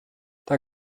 der